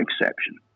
exception